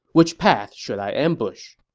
which path should i ambush?